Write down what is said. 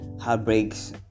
heartbreaks